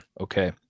Okay